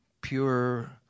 pure